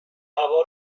هوا